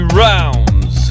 rounds